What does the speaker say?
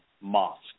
Mosque